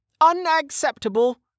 Unacceptable